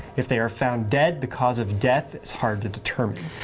if they are found dead, the cause of death is hard to determine.